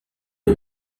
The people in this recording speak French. est